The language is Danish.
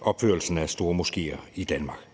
opførelsen af stormoskéer i Danmark